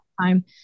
time